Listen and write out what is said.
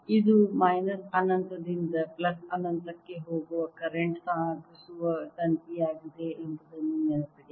ಇದು ಮೈನಸ್ ಅನಂತದಿಂದ ಪ್ಲಸ್ ಅನಂತಕ್ಕೆ ಹೋಗುವ ಕರೆಂಟ್ ಸಾಗಿಸುವ ತಂತಿಯಾಗಿದೆ ಎಂಬುದನ್ನು ನೆನಪಿಡಿ